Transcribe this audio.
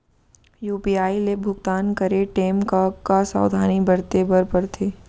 UPI ले भुगतान करे टेम का का सावधानी बरते बर परथे